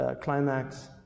climax